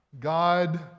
God